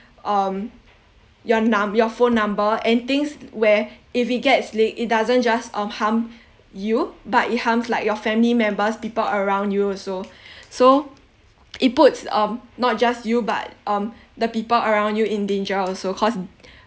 um your num~ your phone number and things where if it gets leaked it doesn't just um harm you but it harms like your family members people around you also so it puts um not just you but um the people around you in danger also cause